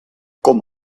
com